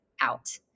out